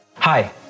Hi